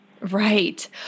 Right